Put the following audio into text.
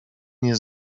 nie